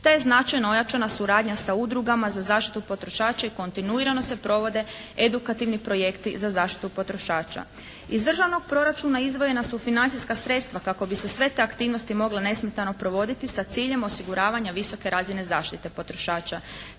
te je značajno ojačana suradnja sa udrugama za zaštitu potrošača i kontinuirano se provode edukativni projekti za zaštitu potrošača. Iz državnog proračuna izdvojena su financijska sredstva kako bi se sve te aktivnosti mogle nesmetano provoditi sa ciljem osiguravanja visoke zaštite potrošača.